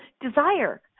desire